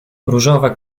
różowe